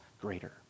greater